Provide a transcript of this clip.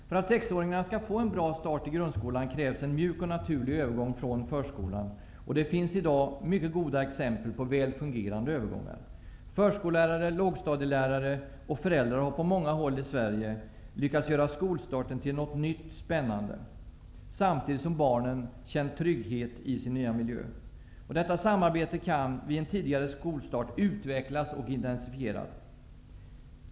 För att sexåringarna skall få en bra start i grundskolan krävs en mjuk och naturlig övergång från förskolan. Det finns i dag många goda exempel på väl fungerande övergångar. Förskollärare, lågstadielärare och föräldrar har på många håll i Sverige lyckats göra skolstarten till något nytt och spännande, samtidigt som barnen känt trygghet i sin nya miljö. Detta samarbete kan, vid en tidigare skolstart, utvecklas och intensifieras.